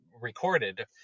Recorded